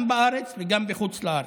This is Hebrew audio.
גם בארץ וגם בחוץ לארץ.